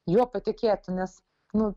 juo patikėtų nes nu